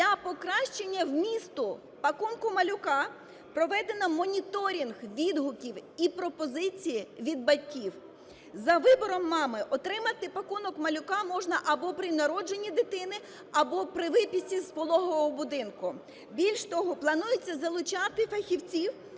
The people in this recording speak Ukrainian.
Для покращення вмісту "пакунка малюка" проведено моніторинг відгуків і пропозицій від батьків. За вибором мами отримати "пакунок малюка" можна або при народженні дитини, або при виписці з пологового будинку. Більш того, планується залучати фахівців